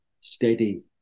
steady